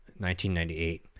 1998